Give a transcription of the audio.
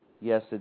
Yes